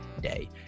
day